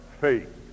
faith